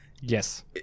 Yes